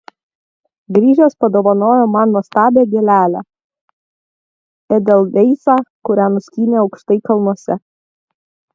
grįžęs padovanojo man nuostabią gėlelę edelveisą kurią nuskynė aukštai kalnuose